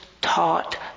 taught